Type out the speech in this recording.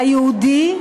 היהודי,